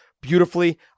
beautifully